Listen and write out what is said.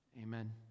amen